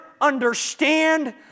understand